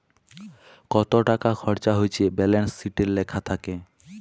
কত টাকা খরচা হচ্যে ব্যালান্স শিটে লেখা থাক্যে